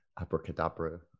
abracadabra